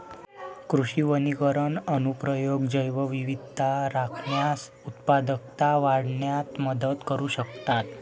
कृषी वनीकरण अनुप्रयोग जैवविविधता राखण्यास, उत्पादकता वाढविण्यात मदत करू शकतात